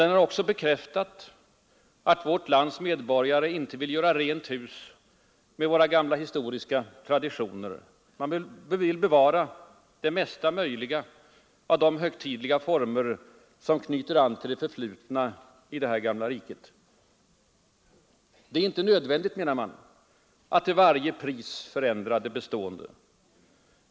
Den har också bekräftat att vårt lands medborgare inte vill göra rent hus med våra gamla historiska traditioner. Man vill bevara det mesta möjliga av de högtidliga former som knyter an till det förflutna i det här gamla riket. Det är inte nödvändigt, menar man, att till varje pris förändra det bestående.